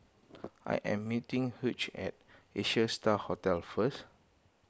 I am meeting Hughes at Asia Star Hotel first